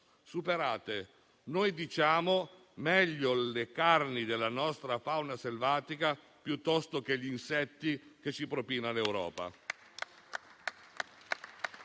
superate. Noi diciamo: meglio le carni della nostra fauna selvatica piuttosto che gli insetti che ci propina l'Europa.